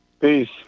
Peace